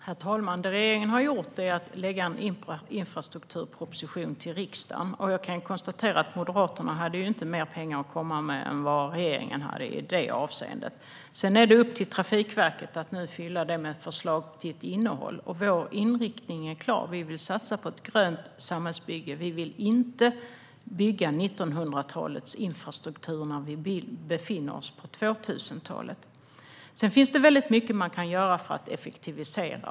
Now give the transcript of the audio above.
Herr talman! Det som regeringen har gjort är att lägga fram en infrastrukturproposition för riksdagen. Jag kan konstatera att Moderaterna inte hade mer pengar att komma med än regeringen i det avseendet. Sedan är det upp till Trafikverket att fylla i med ett förslag till innehåll. Vår inriktning är klar: Vi vill satsa på ett grönt samhällsbygge. Vi vill inte bygga 1900-talets infrastruktur när vi befinner oss på 2000-talet. Sedan finns det mycket man kan göra för att effektivisera.